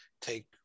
take